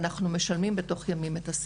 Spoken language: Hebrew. ואנחנו משלמים את הסיוע בתוך ימים.